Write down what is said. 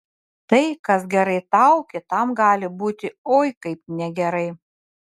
tai kas gerai tau kitam gali būti oi kaip negerai